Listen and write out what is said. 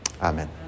Amen